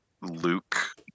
Luke